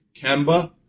Kemba